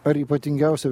ar ypatingiausia